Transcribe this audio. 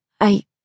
I-